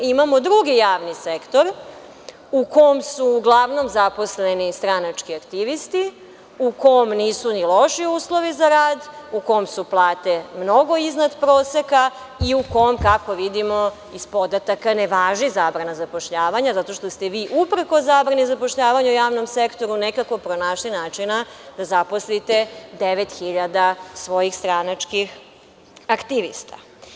Imamo i drugi javni sektor u kom su uglavnom zaposleni stranački aktivisti, u kom nisu ni loši uslovi za rad, u kom su plate mnogo izdan proseka i u kom, kako vidimo iz podataka, ne važi zabrana zapošljavanja zato što ste vi uprkos zabrani zapošljavanja u javnom sektoru nekako pronašli način da zaposlite 9.000 svojih stranačkih aktivista.